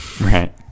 right